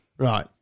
Right